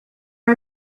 are